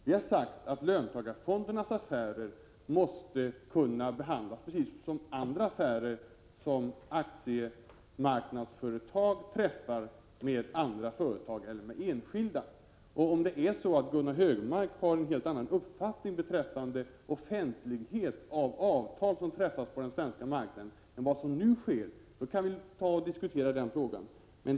Vi har sagt att löntagarfondernas affärer måste kunna behandlas precis som övriga avtal som aktiemarknadsföretag träffar med andra företag eller med enskilda. Om Gunnar Hökmark har en helt annan uppfattning beträffande offentligheten när det gäller avtal som träffas på den svenska marknaden än vad som nu gäller, kan vi diskutera den saken vid tillfälle.